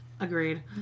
Agreed